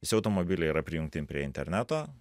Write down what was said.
visi automobiliai yra prijungti prie interneto